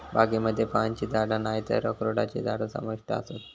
बागेमध्ये फळांची झाडा नायतर अक्रोडची झाडा समाविष्ट आसत